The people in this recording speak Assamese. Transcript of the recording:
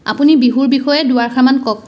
আপুনি বিহুৰ বিষয়ে দুআষাৰমান কওক